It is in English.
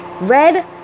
red